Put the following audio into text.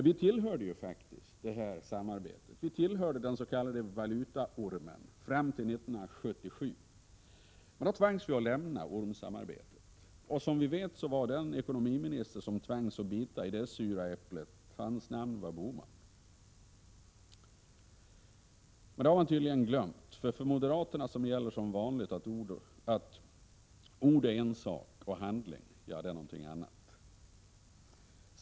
Vi tillhörde faktiskt den europeiska valutaormen fram till 1977, då vi tvingades lämna det samarbetet. Som bekant hette den ekonomiminister som tvingades bita i det sura äpplet Gösta Bohman. Men det har man tydligen glömt. För moderaterna gäller som vanligt att ord är en sak och handling något helt annat.